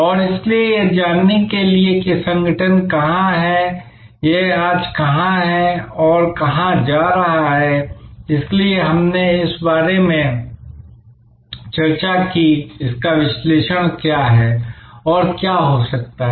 और इसलिए यह जानने के लिए कि संगठन कहां है यह आज कहां है और कहां जा रहा है इसलिए हमने इस बारे में चर्चा की इसका विश्लेषण क्या है और क्या हो सकता है